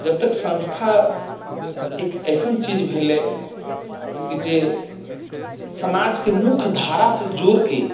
जब तक सँस्था एक ऐसन चीज भेलै कि जे समाजके मुख्य धारासँ जोड़िके